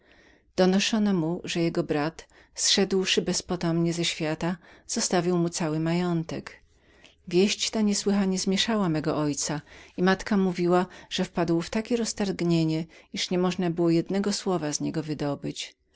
donoszono mu że jego brat zszedłszy bezpotomnie ze świata zostawił mu cały majątek wieść ta niesłychanie zmięszała mego ojca i matka mówiła mi że wpadł w takie roztargnienie że nie można było jednego słowa z niego wydobyć